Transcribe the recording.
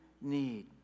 need